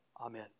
Amen